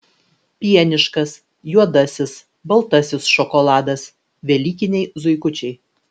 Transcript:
pieniškas juodasis baltasis šokoladas velykiniai zuikučiai